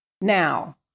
Now